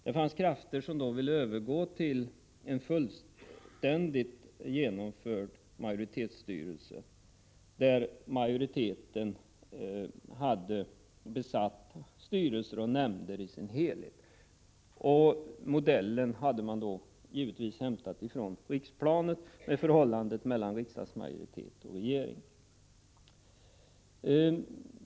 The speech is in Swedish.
Det fanns krafter som då ville övergå till ett fullständigt genomfört majoritetsstyre, där majoriteten besatte styrelser och nämnder i deras helhet. Modellen hade givetvis hämtats från riksplanet, med förhållandet mellan riksdagsmajoritet och regering.